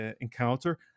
encounter